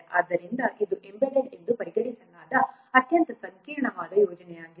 ಆದ್ದರಿಂದ ಇದು ಎಂಬೆಡೆಡ್ ಎಂದು ಪರಿಗಣಿಸಲಾದ ಅತ್ಯಂತ ಸಂಕೀರ್ಣವಾದ ಯೋಜನೆಯಾಗಿದೆ